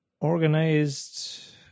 organized